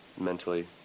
mentally